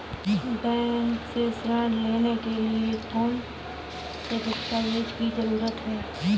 Bank से ऋण लेने के लिए कौन से दस्तावेज की जरूरत है?